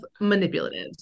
manipulatives